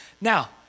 Now